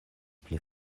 pli